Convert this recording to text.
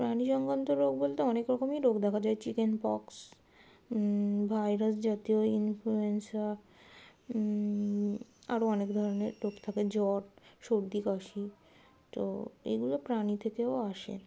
প্রানিদের মধ্যে রোগ বলতে অনেক রকমই রোগ দেখা যায় চিকেন পক্স ভাইরাস জাতীয় ইনফ্লুয়েঞ্জা আরও অনেক ধরনের রোগ থাকে জ্বর সর্দি কাশি তো এগুলো প্রাণী থেকেও আসে